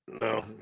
No